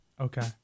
Okay